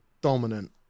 dominant